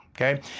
Okay